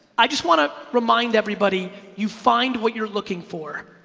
i just wanna remind everybody you find what you're looking for,